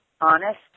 honest